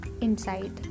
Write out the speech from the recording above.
inside